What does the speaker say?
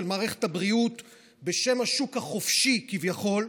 מערכת הבריאות בשם השוק החופשי כביכול,